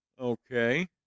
Okay